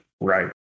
right